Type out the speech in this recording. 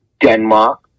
Denmark